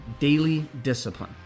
dailydiscipline